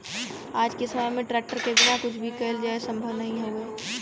आज के समय में ट्रेक्टर के बिना कुछ भी कईल जाये संभव नाही हउवे